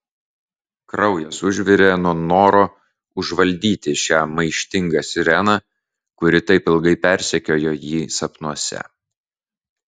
kraujas užvirė nuo noro užvaldyti šią maištingą sireną kuri taip ilgai persekiojo jį sapnuose